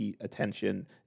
attention